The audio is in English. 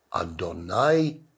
Adonai